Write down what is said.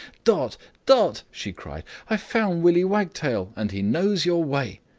dot! dot! she cried, i've found willy wagtail, and he knows your way!